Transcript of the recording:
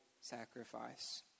sacrifice